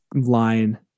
line